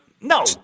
No